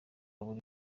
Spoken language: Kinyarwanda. buri